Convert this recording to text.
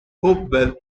hopewell